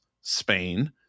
Spain